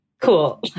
cool